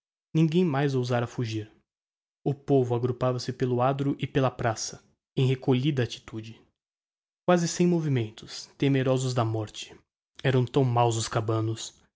ninguem mais ousara fugir o povo agrupava se pelo adro e pela praça em recolhida attitude quasi sem movimentos temeroso da morte eram tão maus os cabanos